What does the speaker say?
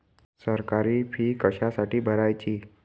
सरकारी फी कशासाठी भरायची